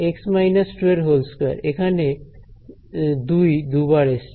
x − 22 এখানে 2 দুবার এসেছে